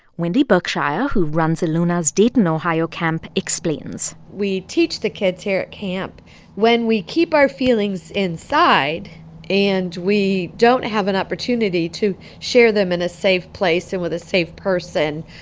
wendy berkshire, who runs eluna's dayton, ohio, camp, explains we teach the kids here at camp when we keep our feelings inside and we don't have an opportunity to share them in a safe place and with a safe person,